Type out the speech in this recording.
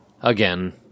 Again